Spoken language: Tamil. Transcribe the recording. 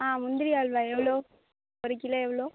ஆ முந்திரி அல்வா எவ்வளோ ஒரு கிலோ எவ்வளோ